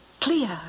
clear